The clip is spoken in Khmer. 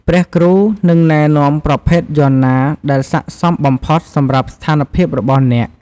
ព្រះគ្រូ នឹងណែនាំប្រភេទយ័ន្តណាដែលស័ក្តិសមបំផុតសម្រាប់ស្ថានភាពរបស់អ្នក។